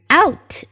out